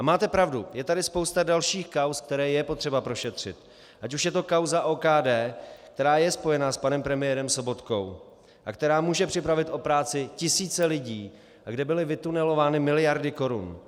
Máte pravdu, je tady spousta dalších kauz, které je potřeba prošetřit, ať už je to kauza OKD, která je spojena s panem premiérem Sobotkou a která může připravit o práci tisíce lidí a kde byly vytunelovány miliardy korun.